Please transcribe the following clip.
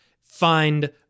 find